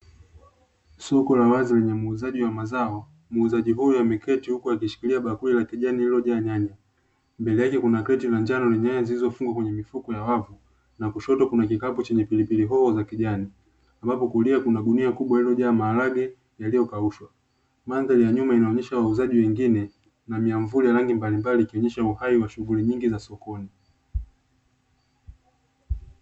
Soko la wazi lenye muuzaji wa mazao, muuzaji huyu ameketi huku akishikilia bakuli la kijani lililojaa nyanya. Mbele yake kuna kreti la njano lenye nyanya zilizofungwa kwenye mifuko ya wavu. Na kushoto kuna kikapu chenye pilipili hoho za kijani, ambapo kulia kuna gunia kubwa lililojaa maharage yaliyokaushwa. Mandhari ya nyuma inaonyesha wauzaji wengine na miamvuli ya rangi mbalimbali ikionyesha uhai wa shughuli nyingi za sokoni.